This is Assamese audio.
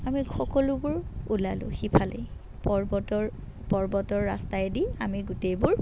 আমি সকলোবোৰ ওলালোঁ সিফালেই পৰ্বতৰ পৰ্বতৰ ৰাস্তাইদি আমি গোটেইবোৰ